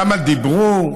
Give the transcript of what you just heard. למה דיברו,